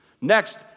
Next